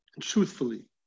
truthfully